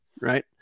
right